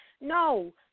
No